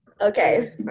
Okay